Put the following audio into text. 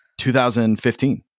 2015